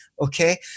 okay